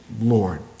Lord